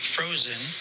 Frozen